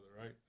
right